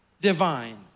divine